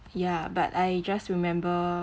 ya but I just remember